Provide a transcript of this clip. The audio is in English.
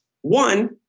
One